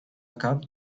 cab